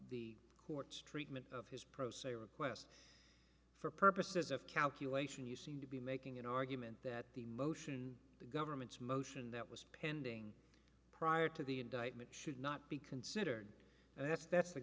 the court's treatment of his pro se request for purposes of calculation you seem to be making an argument that the motion the government's motion that was pending prior to the indictment should not be considered and that's that's the